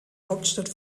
hauptstadt